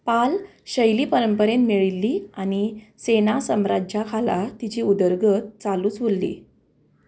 पाल शैली परंपरेन मेळिल्ली आनी सेना सम्राज्या खाला तिची उदरगत चालूच उरली